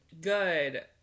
Good